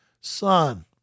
Son